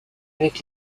avec